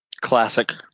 Classic